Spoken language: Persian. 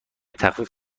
تخفیف